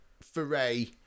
foray